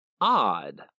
odd